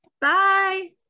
Bye